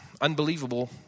unbelievable